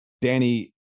Danny